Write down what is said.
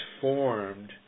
formed